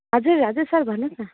हजुर हजुर सर भन्नुहोस् न